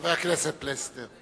חבר הכנסת פלסנר.